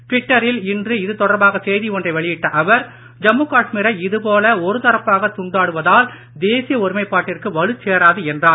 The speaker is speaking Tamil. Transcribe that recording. ட்விட்டரில் இன்று இது தொடர்பாக செய்தி ஒன்றை வெளியிட்ட அவர் ஜம்மு காஷ்மீரை இதுபோல ஒருதரப்பாகத் துண்டாடுவதால் தேசிய ஒருமைப்பாட்டிற்கு வலுச் சேராது என்றார்